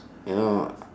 you know